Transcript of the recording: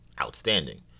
outstanding